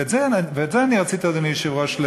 ואת זה אני רציתי, אדוני היושב-ראש,